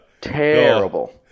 Terrible